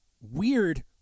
weird